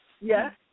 Yes